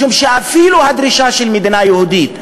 משום שאפילו הדרישה של מדינה יהודית,